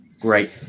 Great